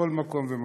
בכל מקום ומקום.